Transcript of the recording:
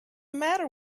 matter